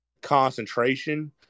concentration